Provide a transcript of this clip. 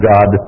God